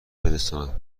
برساند